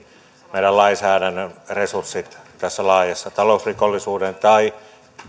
meidän lainsäädännön resurssit laajan talousrikollisuuden tai